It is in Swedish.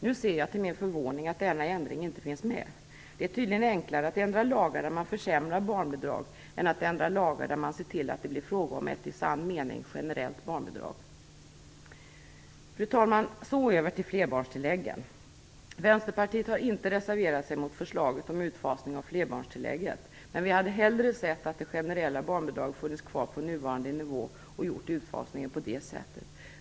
Nu ser jag till min förvåning att denna ändring inte finns med. Det är tydligen enklare att ändra lagar så att man försämrar barnbidrag än att ändra lagar så att det blir fråga om ett i sann mening generellt barnbidrag. Fru talman! Så över till flerbarnstilläggen. Vänsterpartiet har inte reserverat sig mot förslaget om utfasning av flerbarnstillägget. Men vi hade hellre sett att det generella barnbidraget hade funnits kvar på nuvarande nivå, så att utfasningen hade skett på det sättet.